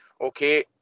Okay